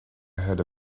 heard